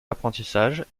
l’apprentissage